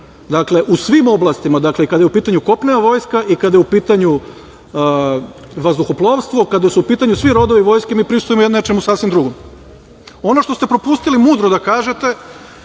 Dakle, u svim oblastima, i kada je u pitanju kopnena vojska i kada je u pitanju vazduhoplovstvo, kada su u pitanju svi rodovi vojske mi prisustvujemo nečemu sasvim drugom. Ono što ste propustili mudro da kažete